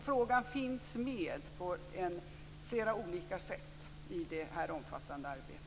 Frågan finns med på flera olika sätt i detta omfattande arbete.